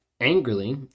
Angrily